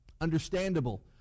understandable